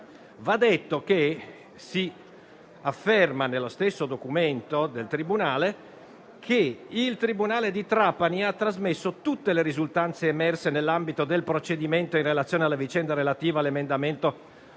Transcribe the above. Va detto che nello stesso documento del tribunale di Trapani si afferma di aver trasmesso tutte le risultanze emerse nell'ambito del procedimento in relazione alla vicenda relativa all'emendamento